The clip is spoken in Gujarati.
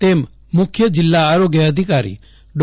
તેમ મુખ્ય જીલ્લા આરીગ્ય અધિકારી ડો